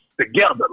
together